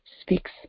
speaks